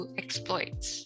exploits